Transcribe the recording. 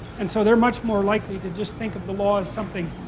and so they're much more likely to just think of the law as something,